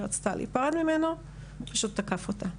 רצתה להיפרד ממנו הוא פשוט תקף אותה,